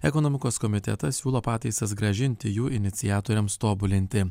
ekonomikos komitetas siūlo pataisas grąžinti jų iniciatoriams tobulinti